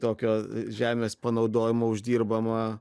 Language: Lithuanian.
tokio žemės panaudojimo uždirbama